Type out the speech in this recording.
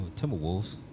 Timberwolves